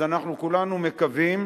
אז אנחנו כולנו מקווים